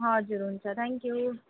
हजुर हुन्छ थ्याङ्क्यु